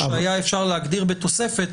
שהיה אפשר להגדיר בתוספת.